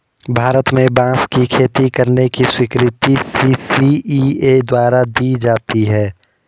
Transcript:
भारत में बांस की खेती करने की स्वीकृति सी.सी.इ.ए द्वारा दी जाती है